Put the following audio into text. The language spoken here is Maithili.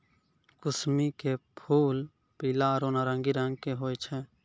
कुसमी के फूल पीला आरो नारंगी रंग के होय छै